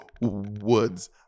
woods